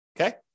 Okay